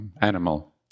animal